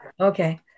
Okay